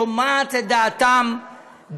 שומעת את דעתם,